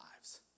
lives